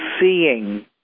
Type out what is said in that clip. seeing